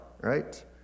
Right